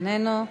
אינו נוכח.